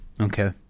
Okay